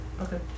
Okay